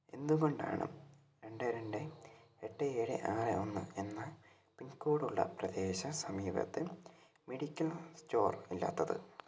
എന്തുകൊണ്ടാണ് രണ്ട് രണ്ട് എട്ട് ഏഴ് ആറ് ഒന്ന് എന്ന പിൻകോഡ് ഉള്ള പ്രദേശ സമീപത്ത് മെഡിക്കൽ സ്റ്റോർ ഇല്ലാത്തത്